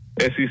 SEC